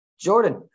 Jordan